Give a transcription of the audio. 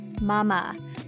Mama